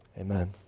Amen